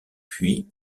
puis